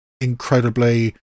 incredibly